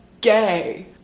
gay